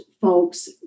folks